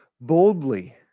boldly